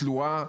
טלואה.